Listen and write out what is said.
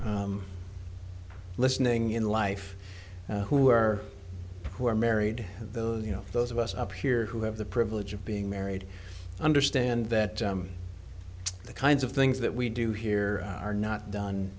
you listening in life who are who are married and those you know those of us up here who have the privilege of being married i understand that the kinds of things that we do here are not done